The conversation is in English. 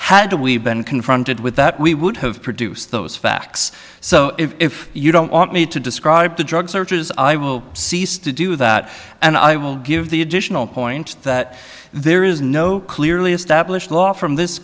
had to we've been confronted with that we would have produced those facts so if you don't want me to describe the drug searches i will cease to do that and i will give the additional point that there is no clearly established law from this